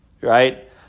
right